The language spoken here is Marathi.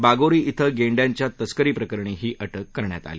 बागोरी कें गेंड्यांच्या तस्करीप्रकरणात ही अटक करण्यात आली